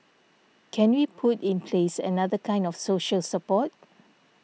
can we put in place another kind of social support